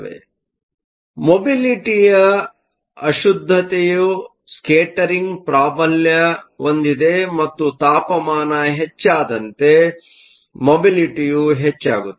ಆದ್ದರಿಂದ ಮೊಬಿಲಿಟಿಯಯು ಅಶುದ್ಧತೆಯ ಸ್ಕೇಟರಿಂಗ್ ಪ್ರಾಬಲ್ಯ ಹೊಂದಿದೆ ಮತ್ತು ತಾಪಮಾನ ಹೆಚ್ಚಾದಂತೆ ಮೊಬಿಲಿಟಿಯು ಹೆಚ್ಚಾಗುತ್ತದೆ